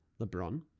LeBron